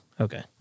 Okay